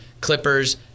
Clippers